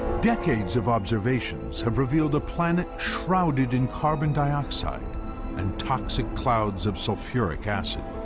decades of observations have revealed a planet shrouded in carbon dioxide and toxic clouds of sulfuric acid.